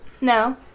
No